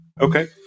Okay